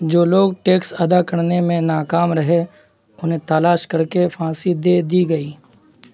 جو لوگ ٹیکس ادا کرنے میں ناکام رہے انہیں تالاش کر کے پھانسی دے دی گئی